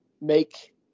make